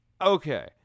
okay